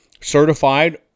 certified